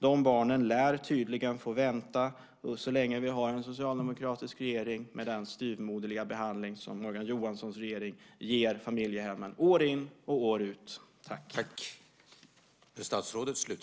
De barnen lär få vänta så länge vi har en socialdemokratisk regering med den styvmoderliga behandling som Morgan Johanssons regering ger familjehemmen år in och år ut.